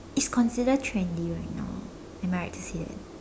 it's considered trendy right now am I right to say that